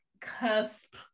cusp